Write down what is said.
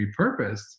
repurposed